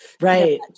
Right